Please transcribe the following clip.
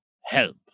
help